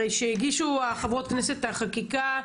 הרי כשהגישו חברות הכנסת את החקיקה,